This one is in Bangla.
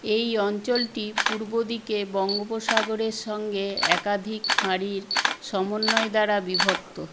এই অঞ্চলটি পূর্বদিকে বঙ্গোপসাগরের সঙ্গে একাধিক খাঁড়ির সমন্বয় দ্বারা বিভক্ত